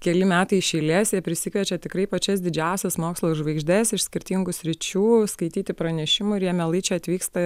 keli metai iš eilės jie prisikviečia tikrai pačias didžiausias mokslo žvaigždes iš skirtingų sričių skaityti pranešimų ir jie mielai čia atvyksta